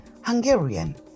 Hungarian